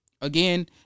again